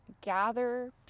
gather